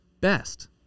best